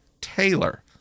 Taylor